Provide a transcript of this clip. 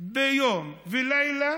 יום ולילה